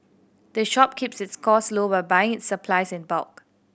the shop keeps its costs low by buying its supplies in bulk